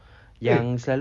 eh